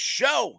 show